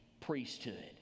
priesthood